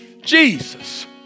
Jesus